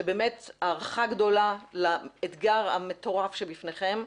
שבאמת הערכה גדולה לאתגר המטורף שבפניכם,